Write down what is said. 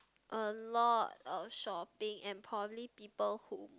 a lot of shopping and probably people who